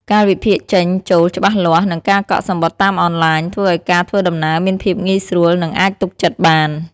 កាលវិភាគចេញ-ចូលច្បាស់លាស់ និងការកក់សំបុត្រតាមអនឡាញធ្វើឱ្យការធ្វើដំណើរមានភាពងាយស្រួល និងអាចទុកចិត្តបាន។